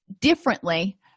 differently